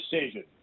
decision